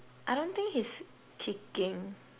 I don't think he's kicking